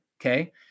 Okay